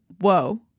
Whoa